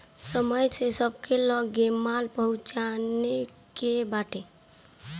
समय से सबके लगे माल पहुँचावे के बाटे